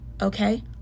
okay